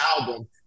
album